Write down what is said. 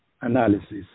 analysis